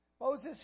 Moses